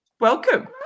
welcome